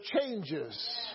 changes